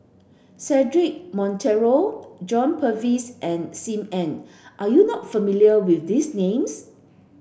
Cedric Monteiro John Purvis and Sim Ann are you not familiar with these names